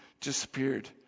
disappeared